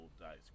dice